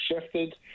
shifted